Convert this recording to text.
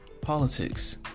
politics